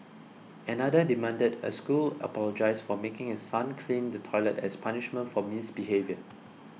another demanded a school apologise for making his son clean the toilet as punishment for misbehaviour